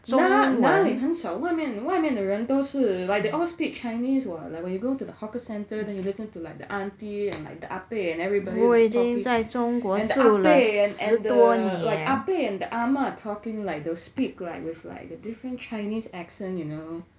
what 哪里很少外面外面的人都是 like they all speak chinese [what] like when you go to the hawker center then you listen to like the auntie and the ahpek and everybody and the ahpek and and the ahpek and the ahma talking like they'll speak like with like the different chinese accent you know